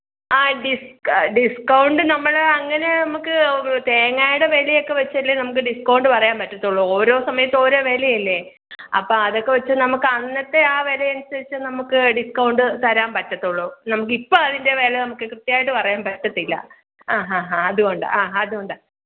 ആഹ് discount നമ്മൾ അങ്ങനെ നമുക്ക് തേങ്ങയുടെ വിലയൊക്കെ വെച്ച് അല്ലേ നമുക്ക് ഡിസ്കൗണ്ട് പറയാന് പറ്റത്തുള്ളൂ ഓരോ സമയത്ത് ഓരോ വിലയല്ലേ അപ്പം അതൊക്കെ വെച്ച് നമുക്ക് അന്നത്തെ ആ വില അനുസരിച്ച് നമുക്ക് ഡിസ്കൗണ്ട് തരാന് പറ്റത്തൊള്ളൂ നമുക്ക് ഇപ്പം അതിന്റെ വില നമുക്ക് കൃത്യമായിട്ട് പറയാന് പറ്റത്തില്ല ആഹ് ഹാ ഹാ അതുകൊണ്ട് ആഹ് അതുകൊണ്ടാ